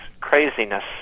craziness